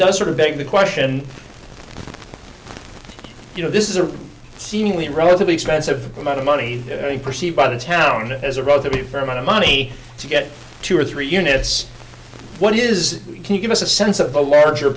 does sort of beg the question you know this is a seemingly relatively expensive amount of money perceived by the town as a rather be fair amount of money to get two or three units what is can you give us a sense of the larger